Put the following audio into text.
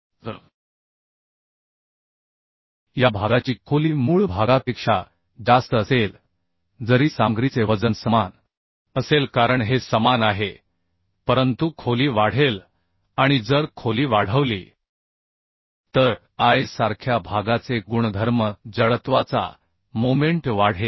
तर या भागाची खोली मूळ भागापेक्षा जास्त असेल जरी सामग्रीचे वजन समान असेल कारण हे समान आहे परंतु खोली वाढेल आणि जर खोली वाढवली तर I सारख्या भागाचे गुणधर्म जडत्वाचा मोमेंट वाढेल